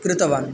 कृतवान्